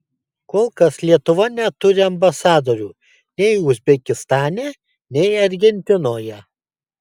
kol kas lietuva neturi ambasadų nei uzbekistane nei argentinoje